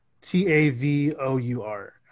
T-A-V-O-U-R